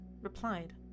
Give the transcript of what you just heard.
replied